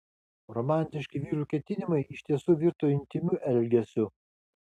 romantiški vyrų ketinimai iš tiesų virto intymiu elgesiu